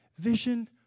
vision